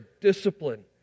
discipline